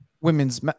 women's